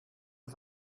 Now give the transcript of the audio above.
auf